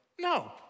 no